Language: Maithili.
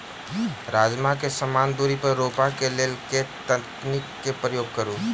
राजमा केँ समान दूरी पर रोपा केँ लेल केँ तकनीक केँ प्रयोग करू?